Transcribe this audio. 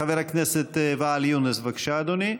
חבר הכנסת ואאל יונס, בבקשה, אדוני.